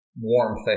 warmth